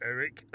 Eric